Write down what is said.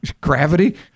gravity